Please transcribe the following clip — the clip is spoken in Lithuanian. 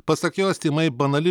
pasak jos tymai banali